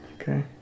okay